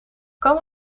kan